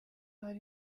hari